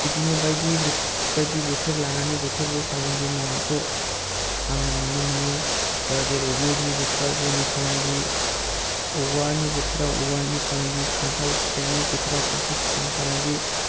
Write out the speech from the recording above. बिदिनो बायदि बो बायदि बोथोर लानानै बोथोरबो फालांगि मावनायखौ आङो नुनो मोनो ओह जेरै गयनि बोथोराव गयनि फालांगि औवानि बोथोराव औवानि फालांगि खान्थाल फिथाइनि बोथोराव खान्थाल फिथाइनि फालांंगि